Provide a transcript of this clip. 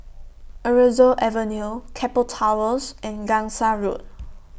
Aroozoo Avenue Keppel Towers and Gangsa Road